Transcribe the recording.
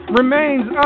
remains